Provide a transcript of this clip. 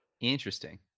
interesting